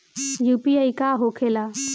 UPI का होके ला?